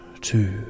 Two